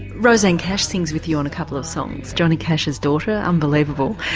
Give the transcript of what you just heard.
rosanne cash sings with you on a couple of songs, johnny cash's daughter, unbelievable.